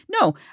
No